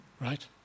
right